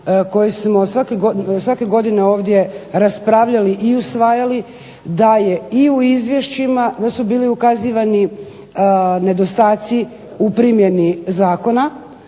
kojima smo svake godine ovdje raspravljali i usvajali da je i u izvješćima da su bili ukazivani nedostaci u primjeni zakona.